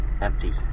empty